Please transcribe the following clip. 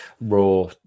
raw